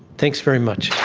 thanks very much.